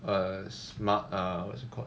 err smart err what's it called